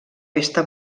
pesta